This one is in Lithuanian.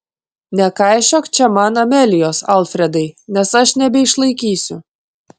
nekaišiok čia man amelijos alfredai nes aš nebeišlaikysiu